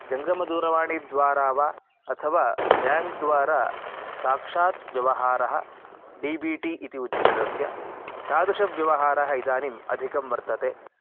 जङ्गमदूरवाणीद्वारा वा अथवा बेङ्क् द्वारा साक्षात् व्यवहारः डि बि टि इति उच्यते तस्य तादृशव्यवहारः इदानीम् अधिकं वर्तते